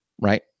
right